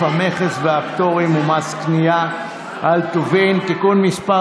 המכס והפטורים ומס קנייה על טובין (תיקון מס'